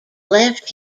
left